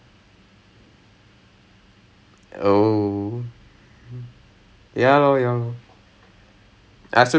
what is wrong with this university why is there a presentation every week then it's like ya so அதான் அப்படி:athaan appadi